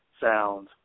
sound